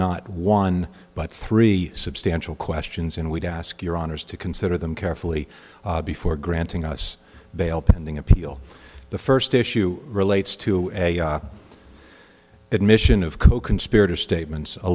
not one but three substantial questions and we'd ask your honour's to consider them carefully before granting us bail pending appeal the first issue relates to a admission of coconspirator statements a